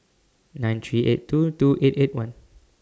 nine three eight two two eight eight one